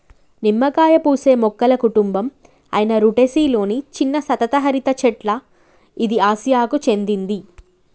నిమ్మకాయ పూసే మొక్కల కుటుంబం అయిన రుటెసి లొని చిన్న సతత హరిత చెట్ల ఇది ఆసియాకు చెందింది